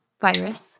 virus